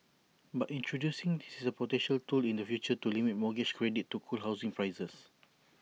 but introducing this is A potential tool in the future to limit mortgage credit to cool housing prices